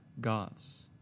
gods